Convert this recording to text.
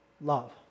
love